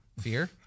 Fear